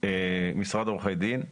עורכי דין,